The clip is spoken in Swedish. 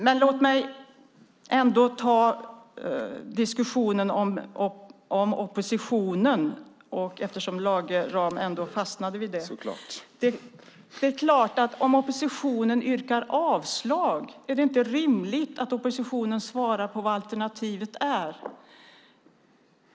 Men låt mig ändå ta diskussionen om oppositionen eftersom Lage Rahm fastnade vid den. Om oppositionen yrkar avslag är det då inte rimligt att oppositionen svarar på vad alternativet är?